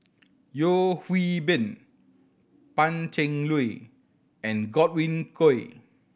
Yeo Hwee Bin Pan Cheng Lui and Godwin Koay